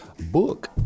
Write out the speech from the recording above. book